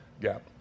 gap